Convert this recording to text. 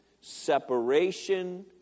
separation